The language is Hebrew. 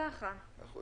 נכון.